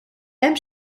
hemm